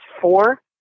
four